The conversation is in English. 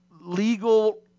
legal